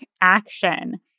action